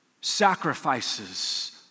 sacrifices